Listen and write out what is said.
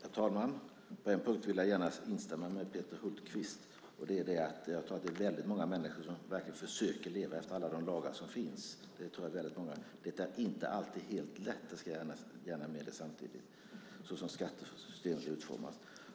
Herr talman! På en punkt vill jag gärna instämma med Peter Hultqvist, nämligen att det är många människor som verkligen försöker efterleva alla de lagar som finns. Det är inte alltid helt lätt såsom skattesystemet är utformat. Det medger jag gärna samtidigt. Herr talman!